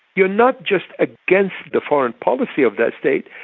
you're not just against the foreign policy of that state,